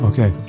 Okay